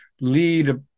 lead